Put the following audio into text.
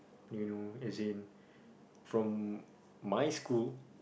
you know as in from my school